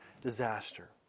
disaster